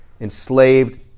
enslaved